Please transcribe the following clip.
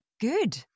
good